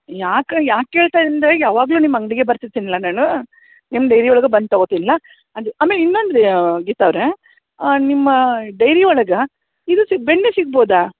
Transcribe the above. ಯಾಕೆ ಯಾಕೆ ಕೇಳ್ತಾ ಅಂದೆ ಯಾವಾಗಲೂ ನಿಮ್ಮ ಅಂಗಡಿಗೆ ಬರ್ತಿರ್ತೀನಲ್ಲ ನಾನು ನಿಮ್ಮ ಡೈರಿ ಒಳಗೆ ಬಂದು ತಗೋತೀನಲ್ಲ ಅದು ಆಮೇಲೆ ಇನ್ನೊಂದು ರೀ ಗೀತಾ ಅವರೇ ನಿಮ್ಮ ಡೈರಿ ಒಳಗೆ ಇದು ಸಿಗು ಬೆಣ್ಣೆ ಸಿಗ್ಬೋದಾ